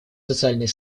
социальной